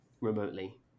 remotely